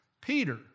Peter